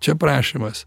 čia prašymas